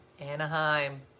Anaheim